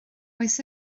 oes